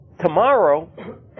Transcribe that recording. tomorrow